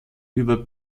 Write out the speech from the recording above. über